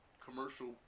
commercial